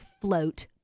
float